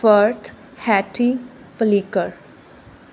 firth hattie flicker